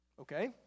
Okay